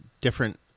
different